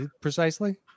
precisely